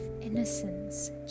innocence